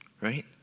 right